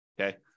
Okay